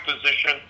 position